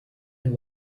and